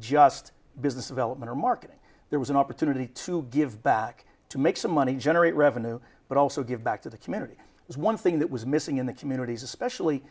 just business development or marketing there was an opportunity to give back to make some money generate revenue but also give back to the community is one thing that was missing in the communities especially